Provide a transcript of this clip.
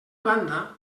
banda